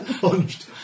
Punched